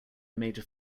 major